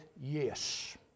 Yes